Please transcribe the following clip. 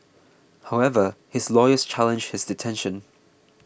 however his lawyers challenged his detention